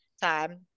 time